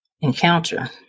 encounter